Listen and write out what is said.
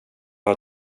har